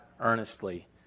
earnestly